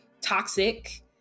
toxic